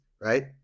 right